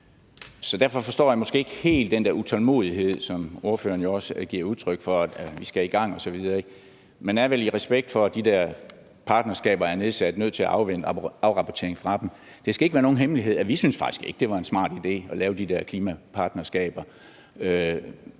Derfor forstår jeg måske ikke helt den der utålmodighed, som ordføreren jo også giver udtryk for: Vi skal i gang osv. Man er vel, i respekt for at de der partnerskaber er nedsat, nødt til at afvente afrapportering fra dem. Det skal ikke være nogen hemmelighed, at vi faktisk ikke synes, det var en smart idé at lave de der klimapartnerskaber.